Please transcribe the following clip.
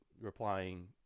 replying